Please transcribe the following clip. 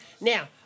Now